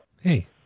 Hey